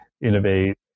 innovate